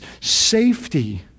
safety